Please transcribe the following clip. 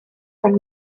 von